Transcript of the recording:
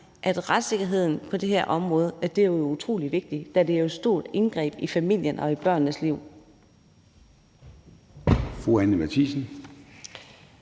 retssikkerheden på det her område. Det er utrolig vigtigt, da det jo er et stort indgreb i familien og i børnenes liv.